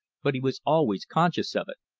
but he was always conscious of it.